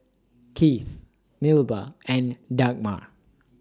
Keith Melba and Dagmar